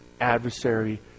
adversary